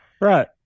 Right